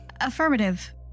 Affirmative